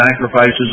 sacrifices